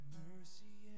mercy